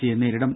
സിയെ നേരിടും